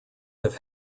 have